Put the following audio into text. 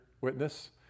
witness